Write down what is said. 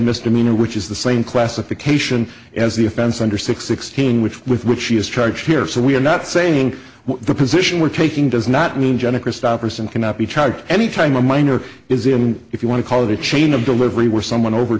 misdemeanor which is the same classification as the offense under six sixteen which with which she is charged here so we're not saying what the position we're taking does not mean jenna christofferson cannot be charged any time a minor is even if you want to call it a chain of delivery where someone over